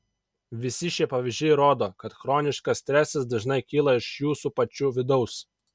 visi šie pavyzdžiai rodo kad chroniškas stresas dažnai kyla iš jūsų pačių vidaus